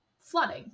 flooding